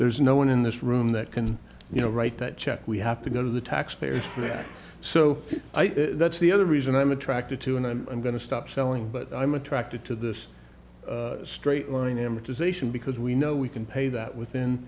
there's no one in this room that can you know write that check we have to go to the taxpayers so that's the other reason i'm attracted to and i'm going to stop selling but i'm attracted to this straight line amortization because we know we can pay that within